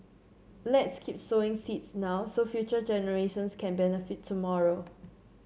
let's keep sowing seeds now so future generations can benefit tomorrow